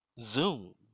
Zoom